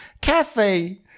cafe